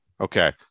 Okay